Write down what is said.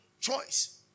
Choice